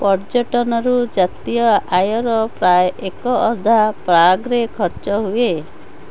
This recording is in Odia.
ପର୍ଯ୍ୟଟନରୁ ଜାତୀୟ ଆୟର ପ୍ରାୟ ଏକ ଅଧା ପ୍ରାଗରେ ଖର୍ଚ୍ଚ ହୁଏ